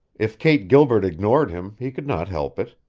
if kate gilbert ignored him, he could not help it.